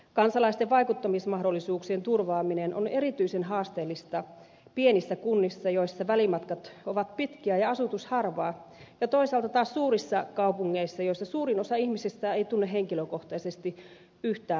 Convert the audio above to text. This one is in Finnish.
kansalaisten vaikuttamismahdollisuuksien turvaaminen on erityisen haasteellista pienissä kunnissa joissa välimatkat ovat pitkiä ja asutus harvaa ja toisaalta taas suurissa kaupungeissa joissa suurin osa ihmisistä ei tunne henkilökohtaisesti yhtään valtuutettua